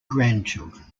grandchildren